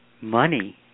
money